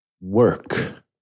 work